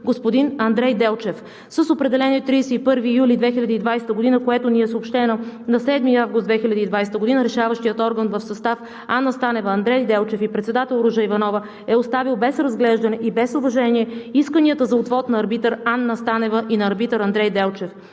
господин Андрей Делчев. С Определение от 31 юли 2020 г., което ни е съобщено на 7 август 2020 г., решаващият орган в състав – Анна Станева, Андрей Делчев и председател Ружа Иванова, е оставил без разглеждане и без уважение исканията за отвод на арбитър Анна Станева и на арбитър Андрей Делчев.